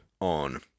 on